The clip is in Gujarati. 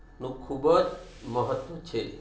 નું ખૂબ જ મહત્ત્વ છે